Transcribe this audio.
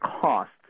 costs